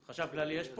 חשב כללי יש פה?